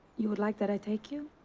you would like that i take you?